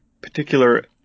particular